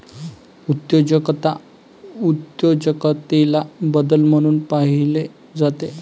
उद्योजकता उद्योजकतेला बदल म्हणून पाहिले जाते